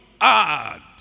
add